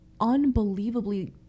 unbelievably